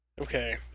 Okay